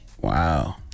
Wow